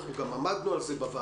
אנחנו גם עמדנו על זה בוועדה,